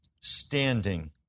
Standing